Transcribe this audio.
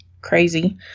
crazy